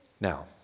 Now